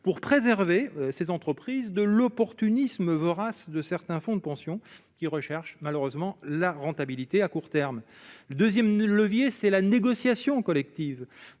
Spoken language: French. pour préserver ses entreprises de l'opportunisme vorace de certains fonds de pension qui recherchent malheureusement la rentabilité à court terme 2ème levier, c'est la négociation collective,